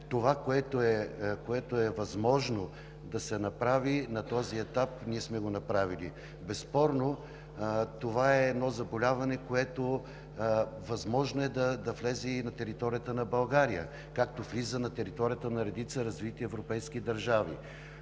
това, което е възможно да се направи на този етап, ние сме го направили. Безспорно това е заболяване, което е възможно да влезе и на територията на България, както влиза на територията на редица развити европейски държави.